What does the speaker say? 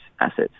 assets